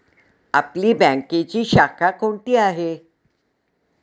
आपली बँकेची शाखा कोणती आहे